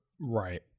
Right